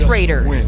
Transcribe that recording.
Raiders